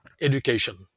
education